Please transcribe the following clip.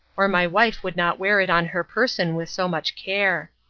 or my wife would not wear it on her person with so much care.